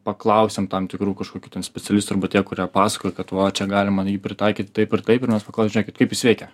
paklausiam tam tikrų kažkokių ten specialistų arba tie kurie pasakoja kad va čia galima jį pritaikyti taip ir taip ir mes paklausiam žiūrėkit kaip jis veikia